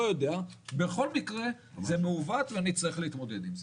בכל מקרה זה מעוות ונצטרך להתמודד עם זה.